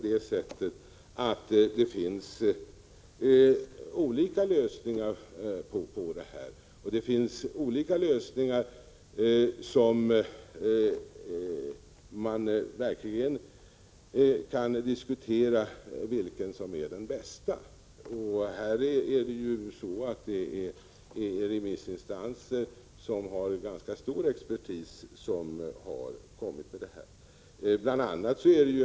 Det finns olika lösningar på detta problem, och det kan verkligen diskuteras vilken som är den bästa. Remissinstanserna utgörs av experter på området.